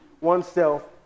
oneself